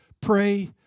Pray